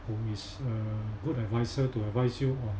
who is a good advisor to advise you on